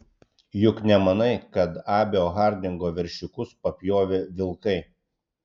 juk nemanai kad abio hardingo veršiukus papjovė vilkai